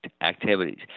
activities